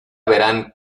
verán